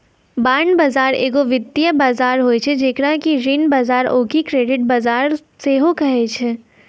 bond बजार एगो वित्तीय बजार होय छै जेकरा कि ऋण बजार आकि क्रेडिट बजार सेहो कहै छै